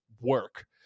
work